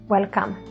Welcome